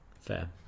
Fair